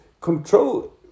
Control